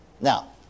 Now